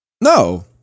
No